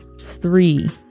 three